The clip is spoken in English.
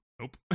nope